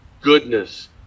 goodness